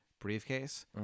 briefcase